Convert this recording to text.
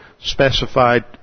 specified